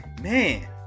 man